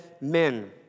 men